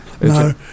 No